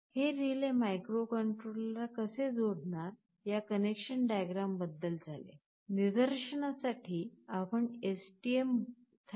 हे रिले मायक्रोक्रंट्रोलरला कसे जोडणार या कनेक्शन डायग्राम बद्दल झाले निदर्शनासाठी आम्ही STM 32 बोर्ड वापरणार आहोत